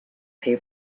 pay